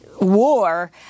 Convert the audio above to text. war